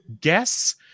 guess